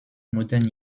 modern